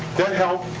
that help?